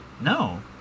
no